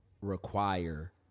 require